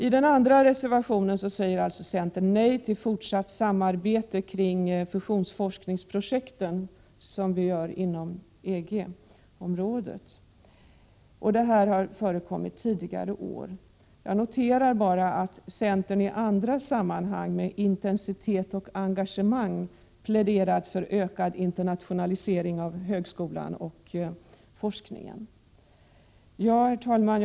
I den andra reservationen säger centern nej till fortsatt samarbete kring fusionsforskningsprojekt inom EG-området — som har debatterats också tidigare i år. Jag noterar bara att centern i andra sammanhang med intensitet och engagemang pläderat för ökad internationalisering av högskolor och forskning. Herr talman!